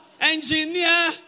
engineer